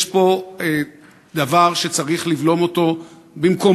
יש פה דבר שצריך לבלום אותו במקומו.